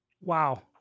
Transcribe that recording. Wow